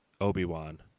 Obi-Wan